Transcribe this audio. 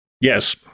Yes